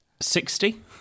Sixty